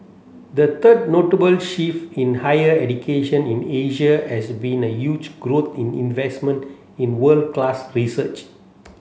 the third notable shift in higher education in Asia has been a huge growth in investment in world class research